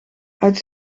uit